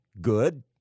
good